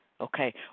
okay